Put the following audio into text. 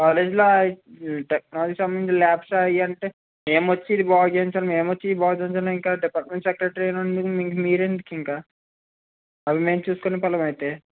college లో technology సంబంధించిన labs అవి ఉంటే మేము వచ్చి ఇది బాగుచేయించాలి మేము వచ్చి ఇది బాగుచేయించాలి ఇంకా పర్సనల్ సెక్రటరీ ఉండి మీరెందుకు ఇంకా అవి మేము చూసుకునే పనులు అయితే